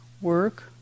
work